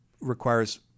requires